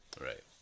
Right